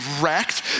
wrecked